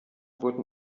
wurden